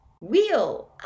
wheel